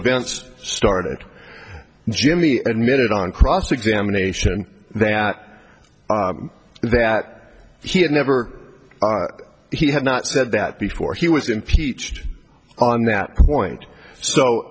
events started jimmy admitted on cross examination that that he had never he had not said that before he was impeached on that point so